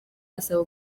asaba